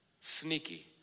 sneaky